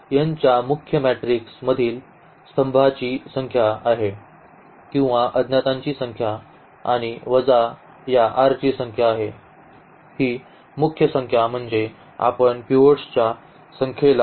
तर n या मुख्य मॅट्रिक्स मधील स्तंभांची संख्या आहे किंवा अज्ञातांची संख्या आणि वजा या r ची संख्या आहे ही मुख्य संख्या म्हणजे आपण पिव्हट्सच्या संख्येला हे नाव देतो